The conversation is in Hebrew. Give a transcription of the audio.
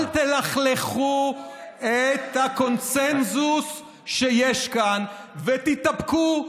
אל תלכלכו את הקונסנזוס שיש כאן, ותתאפקו.